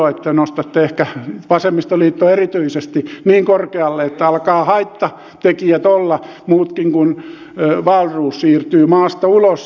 te nostatte ehkä vasemmistoliitto erityisesti niin korkealle että alkaa haittatekijöitä olla ja muitakin kuin wahlroos siirtyy maasta ulos